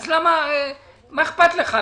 אז מה אכפת לך?